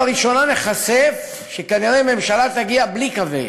לראשונה נחשף שכנראה הממשלה תגיע בלי קווי יסוד.